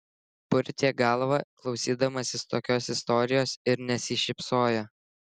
purtė galvą klausydamasis tokios istorijos ir nesišypsojo